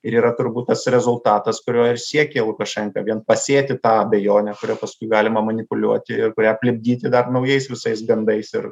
ir yra turbūt tas rezultatas kurio ir siekė lukašenka vien pasėti abejonę kurią paskui galima manipuliuoti ir kuria aplipdyti dar naujais visais gandais ir